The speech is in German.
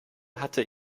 hatte